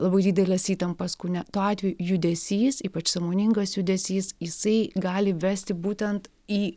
labai dideles įtampas kūne tuo atveju judesys ypač sąmoningas judesys jisai gali vesti būtent į